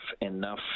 enough